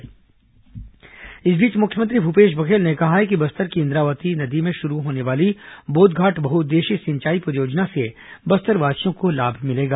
मुख्यमंत्री बोधघाट परियोजना इस बीच मुख्यमंत्री भूपेश बघेल ने कहा है कि बस्तर की इंद्रावती नदी में शुरू होने वाली बोधघाट बहुउद्देशीय सिंचाई परियोजना से बस्तरवासियों को लाभ मिलेगा